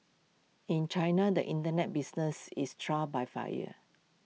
in China the Internet business is trial by fire